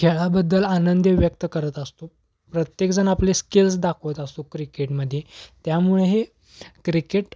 खेळाबद्दल आनंद व्यक्त करत असतो प्रत्येकजण आपले स्किल्स दाखवत असतो क्रिकेटमध्ये त्यामुळे हे क्रिकेट